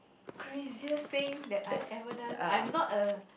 craziest thing I've ever done I'm not a